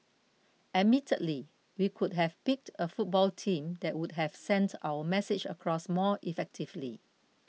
admittedly we could have picked a football team that would have sent our message across more effectively